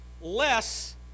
less